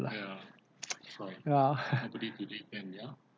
ya